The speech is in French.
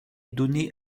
donné